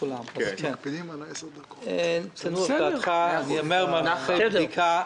תנוח דעתך, אנחנו אחרי בדיקה.